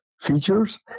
features